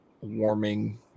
warming